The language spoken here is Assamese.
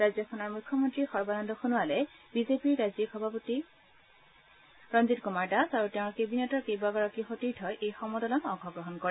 ৰাজ্যখনৰ মুখ্যমন্ত্ৰী সৰ্বানন্দ সোণোৱাল বিজেপিৰ ৰাজ্যিক সভাপতি ৰঞ্জিত কুমাৰ দাস আৰু তেওঁৰ কেবিনেটৰ কেইবাগৰাকীও সতীৰ্থই এই সমদলত অংশগ্ৰহণ কৰে